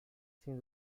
sin